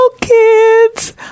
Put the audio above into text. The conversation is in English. kids